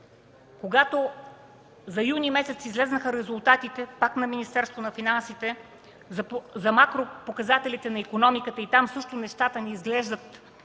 когато за юни месец излязоха резултатите – пак на Министерството на финансите, пак за макропоказателите на икономиката, и там също нещата не изглеждат